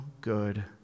good